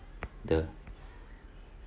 the